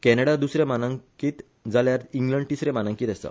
कॅनडा दुसरें मानांकीत जाल्यार इग्लंड तीसरे मानांकीत आसा